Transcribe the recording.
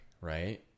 right